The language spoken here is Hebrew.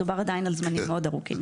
מדובר עדיין על זמנים מאוד ארוכים.